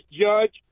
judge